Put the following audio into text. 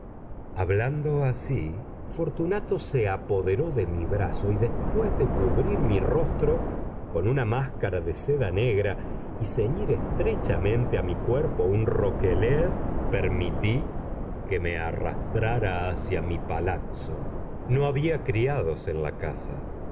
hablando así fortunato se apoderó de mi brazo y después de cubrir mi rostro con una máscara de seda negra y ceñir estrechamente a mi cuerpo un roquelaure permití que me arrastrara hacia mi palazzo no había criados en la casa